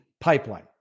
pipeline